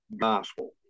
gospel